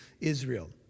Israel